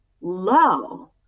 low